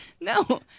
no